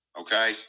Okay